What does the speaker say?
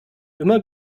immer